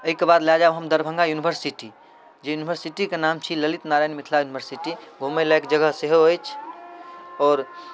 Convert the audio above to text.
एहिके बाद लऽ जाएब हम दरभङ्गा यूनिवर्सिटी जे यूनिवर्सिटीके नाम छी ललित नारायण मिथिला यूनिवर्सिटी घुमै लागि जगह सेहो अछि आओर